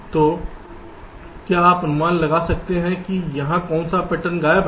तो क्या आप अनुमान लगा सकते हैं कि यहां कौन सा पैटर्न गायब है